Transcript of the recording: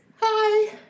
Hi